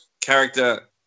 character